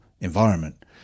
environment